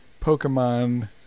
Pokemon